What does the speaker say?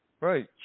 Right